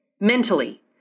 mentally